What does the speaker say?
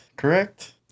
Correct